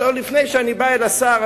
הלוא לפני שאני בא אל השר,